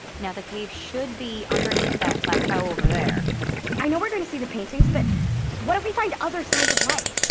now the caves should be underneath that plateau over there i know we're going to see paintings, but what if we find other signs of life?